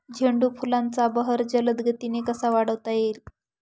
झेंडू फुलांचा बहर जलद गतीने कसा वाढवता येईल?